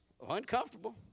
uncomfortable